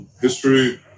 history